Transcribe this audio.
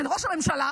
של ראש הממשלה,